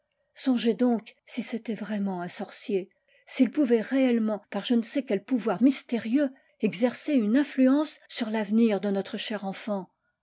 songez donc si c'était vraiment un sorcier s'il pouvait réellement par je ne sais quel pouvoir mystérieux exercer une influence sur l'avenir de notre cher enfant